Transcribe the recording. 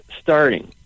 starting